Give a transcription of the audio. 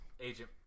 agent